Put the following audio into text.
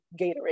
Gatorade